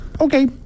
okay